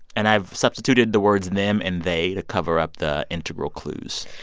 and i've substituted the words them and they to cover up the integral clues,